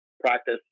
practice